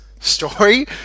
story